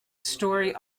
story